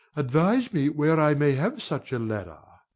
advise me where i may have such a ladder.